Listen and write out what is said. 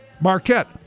Marquette